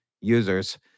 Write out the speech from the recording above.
users